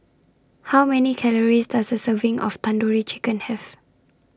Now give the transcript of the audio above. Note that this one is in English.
How Many Calories Does A Serving of Tandoori Chicken Have